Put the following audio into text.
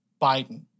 Biden